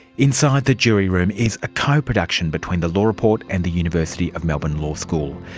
inside the jury room is a co-production between the law report and the university of melbourne law school.